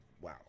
wow